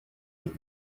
with